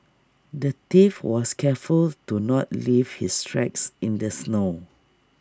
the thief was careful to not leave his tracks in the snow